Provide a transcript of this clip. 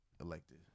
elected